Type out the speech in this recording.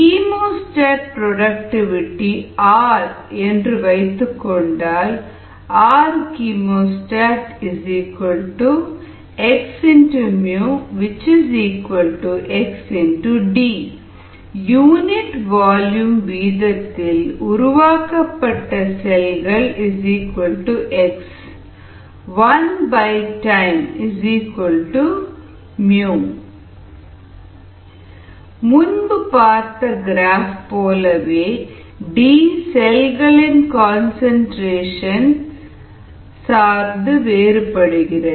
chemostat productivity R என்று வைத்துக்கொண்டால் RchemostatxμxD unit volume வீதத்தில் உருவாக்கப்பட்ட செல்கள்x ஒன் பை டைம் இதை கிராஃப் வடிவில் பார்த்தோமானால் முன்பு பார்த்த கிராஃப் போலவே D செல்களின் கன்சன்ட்ரேஷன் சார்ந்து வேறுபடுகிறது